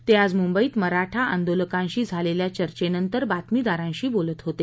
ते आज मुंबईत मराठा आंदोलकांशी झालेल्या चर्चेनंतर बातमीदारांशी बोलत होते